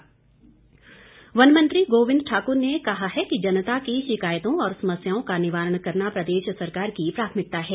गोविंद ठाकुर वन मंत्री गोविंद ठाकुर ने कहा है कि जनता की शिकायतों और समस्याओं का निवारण करना प्रदेश सरकार की प्राथमिकता है